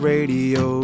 Radio